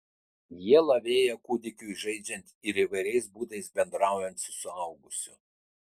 jie lavėja kūdikiui žaidžiant ir įvairiais būdais bendraujant su suaugusiu